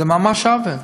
זה ממש עוול.